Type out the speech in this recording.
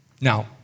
Now